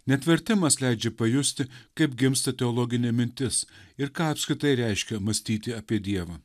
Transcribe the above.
net vertimas leidžia pajusti kaip gimsta teologinė mintis ir ką apskritai reiškia mąstyti apie dievą